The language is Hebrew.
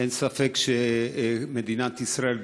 אין ספק שמדינת ישראל,